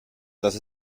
dass